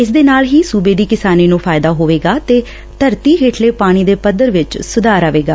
ਇਸਦੇ ਨਾਲ ਸੁਬੇ ਦੀ ਕਿਸਾਨੀ ਨੂੰ ਫਾਇਦਾ ਹੋਵੇਗਾ ਤੇ ਧਰਤੀ ਹੇਠਲੇ ਪਾਣੀ ਦੇ ਪੱਧਰ ਵੀ ਸੁਧਾਰ ਆਵੇਗਾ